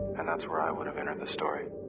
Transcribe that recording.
and that's where i would have entered the story.